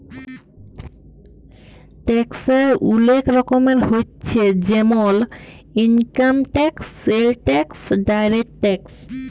ট্যাক্সের ওলেক রকমের হচ্যে জেমল income tax, sales tax, direct tax